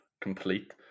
complete